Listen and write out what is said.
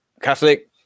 Catholic